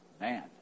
Man